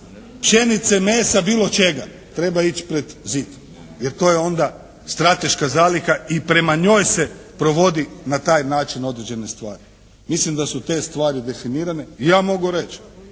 pšenice, mesa bilo čega treba ići pred zid. Jer to je onda strateška zaliha i prema njoj se provodi na taj način određene stvari. Mislim da su te stvari definirane. I ja mogu reći